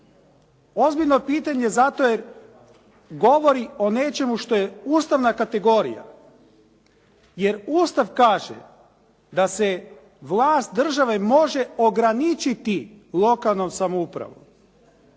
ozbiljno pitanje zato jer govori o nečemu što je ustavna kategorija. Jer Ustav kaže da se vlast države može ograničiti lokalnom samoupravom.